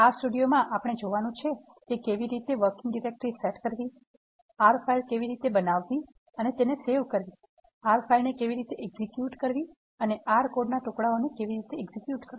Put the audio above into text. R સ્ટુડિયોમાં આપણે જોવાનું છે કે કેવી રીતે વર્કિંગ ડિરેક્ટરી સેટ કરવી R ફાઇલ કેવી રીતે બનાવવી અને તેને સેવ કરવી R ફાઇલને કેવી રીતે એક્ઝેક્યુટ કરવી અને R કોડના ટુકડાઓને કેવી રીતે એક્ઝેક્યુટ કરવા